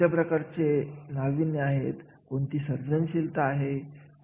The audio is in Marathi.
जेव्हा मागील काम पूर्ण होत असते